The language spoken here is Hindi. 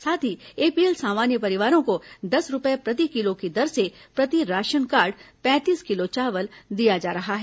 साथ ही एपीएल सामान्य परिवारों को दस रूपये प्रति किलो की दर से प्रति राशन कार्ड पैंतीस किलो चावल दिया जा रहा है